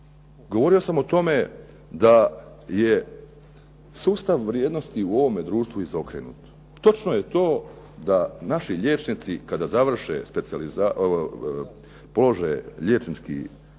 govorio sam o tome da je sustav vrijednosti u ovome društvu izokrenut. Točno je to da naši liječnici kada završe, polože liječnički